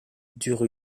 dure